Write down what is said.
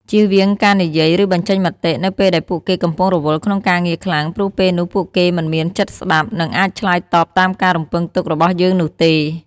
ជៀសវាងការនិយាយ ឬបញ្ចេញមតិ នៅពេលដែលពួកគេកំពុងរវល់ក្នុងការងារខ្លាំង ព្រោះពេលនោះពួកគេមិនមានចិត្តស្តាប់ និងអាចឆ្លើយតបតាមការរំពឹងទុករបស់យើងនោះទេ។